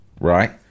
right